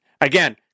again